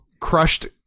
crushed